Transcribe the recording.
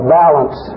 balance